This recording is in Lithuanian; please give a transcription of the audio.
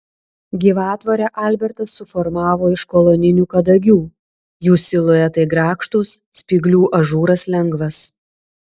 gyvatvorę albertas suformavo iš koloninių kadagių jų siluetai grakštūs spyglių ažūras lengvas